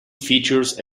features